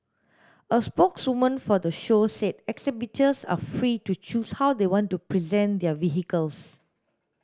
a spokeswoman for the show said exhibitors are free to choose how they want to present their vehicles